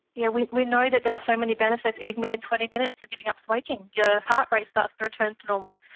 yeah we we know that there are so many benefits, even within twenty minutes of giving up smoking, your heart rate starts to return to normal.